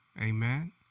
Amen